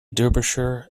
derbyshire